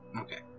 Okay